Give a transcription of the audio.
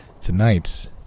tonight